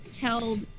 held